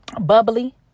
bubbly